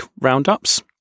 roundups